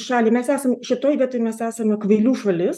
šalį mes esam šitoj vietoj mes esame kvailių šalis